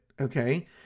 Okay